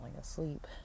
asleep